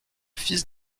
fils